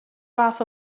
fath